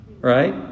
Right